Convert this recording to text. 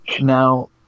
now